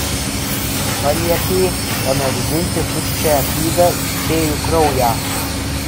jis paliepė panardinti tuščiąją knygą į fėjų kraują